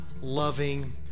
loving